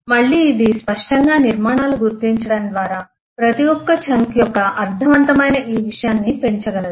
మళ్ళీ ఇది స్పష్టంగా నిర్మాణాలు గుర్తించడం ద్వారా ప్రతి ఒక్క చంక్ యొక్క అర్థ వంతమైన ఈ విషయాన్ని పెంచగలదు